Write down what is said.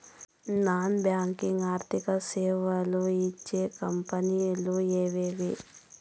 Non banking ఆర్థిక సేవలు ఇచ్చే కంపెని లు ఎవేవి?